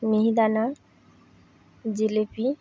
মিহিদানা jalebi